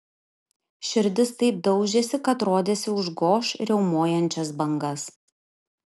širdis taip daužėsi kad rodėsi užgoš riaumojančias bangas